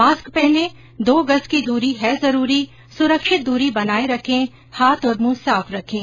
mask पहनें दो गज़ की दूरी है जरूरी सुरक्षित दूरी बनाए रखें हाथ और मुंह साफ रखें